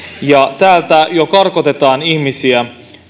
täältä jo karkotetaan ihmisiä